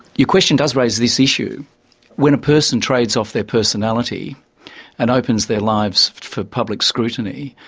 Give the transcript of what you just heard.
your question does raise this issue when a person trades off their personality and opens their lives for public scrutiny,